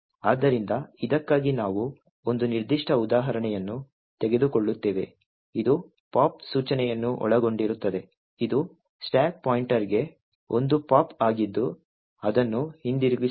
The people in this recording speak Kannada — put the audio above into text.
ಆದ್ದರಿಂದ ಇದಕ್ಕಾಗಿ ನಾವು ಒಂದು ನಿರ್ದಿಷ್ಟ ಉದಾಹರಣೆಯನ್ನು ತೆಗೆದುಕೊಳ್ಳುತ್ತೇವೆ ಇದು pop ಸೂಚನೆಯನ್ನು ಒಳಗೊಂಡಿರುತ್ತದೆ ಇದು ಸ್ಟಾಕ್ ಪಾಯಿಂಟರ್ಗೆ ಒಂದು ಪಾಪ್ ಆಗಿದ್ದು ಅದನ್ನು ಹಿಂದಿರುಗಿಸುತ್ತದೆ